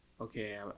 okay